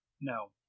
No